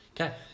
Okay